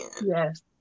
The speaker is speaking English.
Yes